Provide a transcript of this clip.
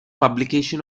publication